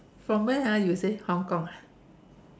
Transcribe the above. from where are you say Hong-Kong